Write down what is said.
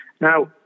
Now